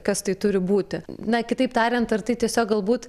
kas tai turi būti na kitaip tariant ar tai tiesiog galbūt